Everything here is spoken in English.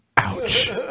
Ouch